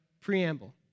preamble